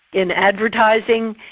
in advertising,